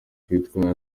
ikitwa